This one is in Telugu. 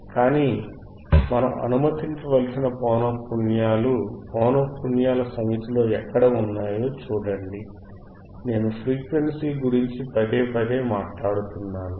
కానీ మనం అనుమతించవలసిన పౌనఃపున్యాలు ఆ సమితిలో ఎక్కడ ఉన్నాయో చూడండి నేను ఫ్రీక్వెన్సీ గురించి పదేపదే మాట్లాడుతున్నాను